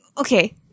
okay